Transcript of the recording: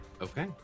Okay